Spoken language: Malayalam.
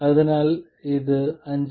അതിനാൽ ഇത് 5